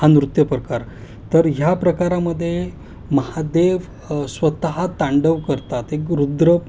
हा नृत्य प्रकार तर ह्या प्रकारामध्ये महादेव स्वतः तांडव करतात एक रुद्र